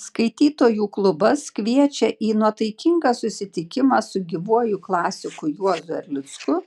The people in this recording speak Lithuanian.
skaitytojų klubas kviečia į nuotaikingą susitikimą su gyvuoju klasiku juozu erlicku